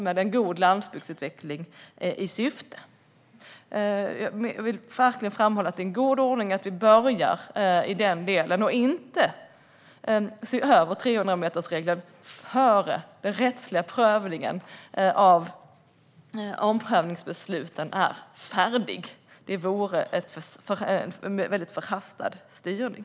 Jag vill verkligen framhålla att det är en god ordning att vi börjar i den delen och inte ser över 300-metersregeln innan den rättsliga prövningen av omprövningsbesluten är färdig. Det vore en förhastad styrning.